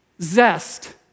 Zest